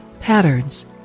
patterns